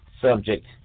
subject